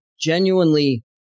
genuinely